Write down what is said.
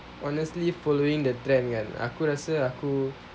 honestly following the trend kan aku rasa aku